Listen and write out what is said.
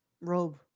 robe